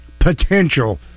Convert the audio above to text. potential